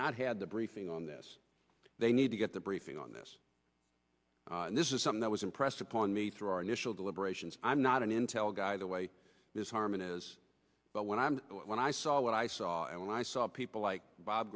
not had the briefing on this they need to get the briefing on this this is something that was impressed upon me through our initial deliberations i'm not an intel guy the way this harman is but when i'm when i saw what i saw and i saw people like bob